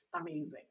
amazing